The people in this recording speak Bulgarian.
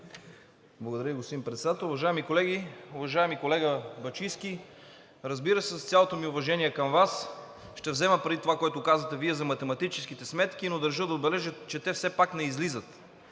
Благодаря Ви, господин Председател. Уважаеми колеги, уважаеми колега Бачийски! Разбира се, с цялото ми уважение към Вас ще взема предвид това, което казвате за математическите сметки. Но държа да отбележа, че те все пак не излизат,